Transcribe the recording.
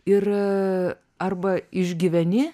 ir arba išgyveni